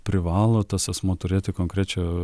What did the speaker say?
privalo tas asmuo turėti konkrečią